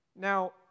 Now